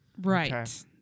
Right